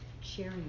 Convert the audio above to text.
sharing